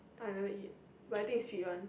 I never eat but I think is sweet one